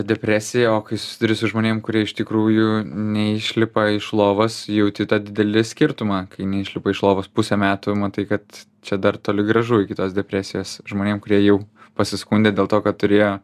depresija o kai susiduri su žmonėmis kurie iš tikrųjų neišlipa iš lovos jauti tą didelį skirtumą kai neišlipa iš lovos pusę metų matai kad čia dar toli gražu iki tos depresijos žmonėm kurie jau pasiskundė dėl to kad turėjo